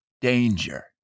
danger